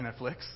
Netflix